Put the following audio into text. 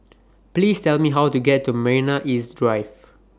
Please Tell Me How to get to Marina East Drive